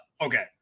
okay